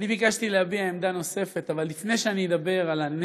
אני ביקשתי להביע עמדה נוספת,